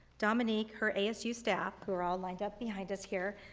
dominique, her asu staff, who are all lined up behind us here,